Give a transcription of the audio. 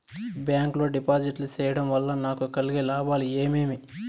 Bank లో డిపాజిట్లు సేయడం వల్ల నాకు కలిగే లాభాలు ఏమేమి?